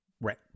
right